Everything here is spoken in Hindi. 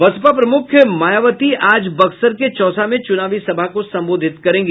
बसपा प्रमुख मायावती आज बक्सर के चौसा में चुनावी सभा को संबोधित करेंगी